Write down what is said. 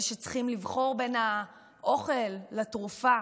אלה שצריכים לבחור בין האוכל לתרופה,